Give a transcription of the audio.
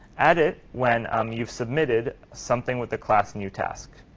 add it when um you've submitted something with the class new task.